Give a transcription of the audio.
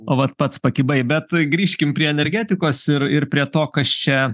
o vat pats pakibai bet grįžkim prie energetikos ir ir prie to kas čia